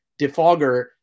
defogger